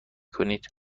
کنید